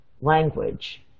language